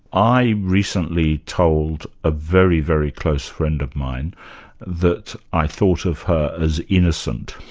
i recently told a very, very close friend of mine that i thought of her as innocent,